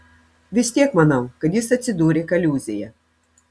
vis tiek manau kad jis atsidūrė kaliūzėje